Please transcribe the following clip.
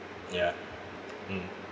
ya mm